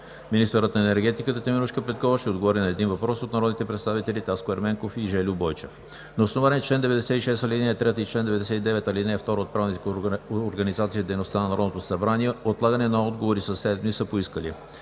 Министърът на енергетиката Теменужка Петкова ще отговори на един въпрос от народните представители Таско Ерменков и Жельо Бойчев. На основание чл. 96, ал. 3 и чл. 99, ал. 2 от Правилника за организацията и дейността на Народното събрание отлагане на отговори със седем дни са поискали: